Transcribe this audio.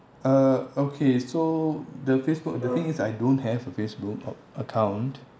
uh okay so the Facebook the thing is I don't have a Facebook a~ account